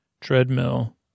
Treadmill